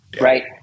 Right